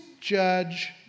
judge